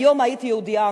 היום היית יהודייה אמיתית.